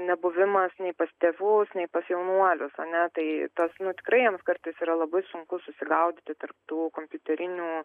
nebuvimas nei pas tėvus nei pas jaunuolius a ne tai tas nu tikrai jiems kartais yra labai sunku susigaudyti tarp tų kompiuterinių